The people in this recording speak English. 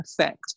effect